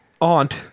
aunt